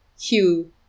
Hugh